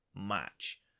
match